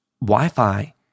Wi-Fi